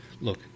look